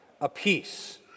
apiece